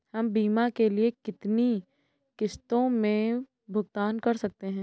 हम बीमा के लिए कितनी किश्तों में भुगतान कर सकते हैं?